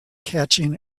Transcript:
catching